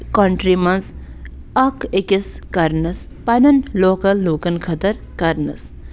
country منٛز اکھ أکِس کَرنَس پَنٛنٮ۪ن لوکَل لوٗکَن خٲطرٕ کرنَس